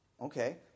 Okay